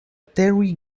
terry